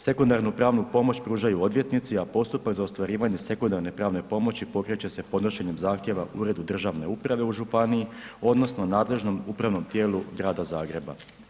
Sekundarnu pravnu pomoć pružaju odvjetnici, a postupak za ostvarivanje sekundarne pravne pomoći pokreće se podnošenjem zahtjeva Uredu državne uprave u županiji, odnosno nadležnom upravnom tijelu Grada Zagreba.